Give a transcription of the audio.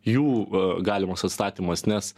jų a galimas atstatymas nes